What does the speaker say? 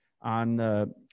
on